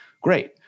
Great